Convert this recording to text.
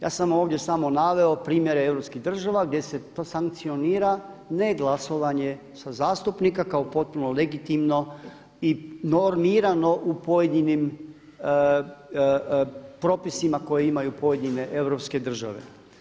Ja sam ovdje samo naveo primjere europskih država gdje se to sankcionira ne glasovanje sa zastupnika kao potpuno legitimno i normirano u pojedinim propisima koje imaju pojedine europske države.